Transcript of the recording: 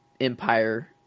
Empire